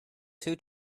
two